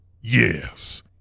Yes